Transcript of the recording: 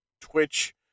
Twitch